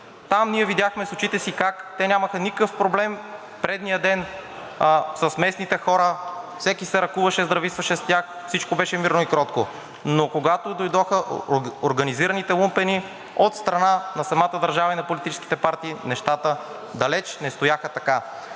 Там ние видяхме с очите си как те нямаха никакъв проблем предния ден с местните хора, всеки се ръкуваше, здрависваше с тях, всичко беше мирно и кротко. Но когато дойдоха организираните лумпени от страна на самата държава и на политическите партии, нещата далеч не стояха така.